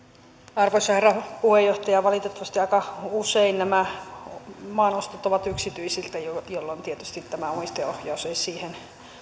arvoisa herra puheenjohtaja valitettavasti aika usein nämä maanostot ovat yksityisiltä jolloin tietysti tämä omistajaohjaus ei siihen